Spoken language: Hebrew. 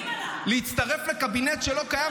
להצטרף לקבינט שלא קיים,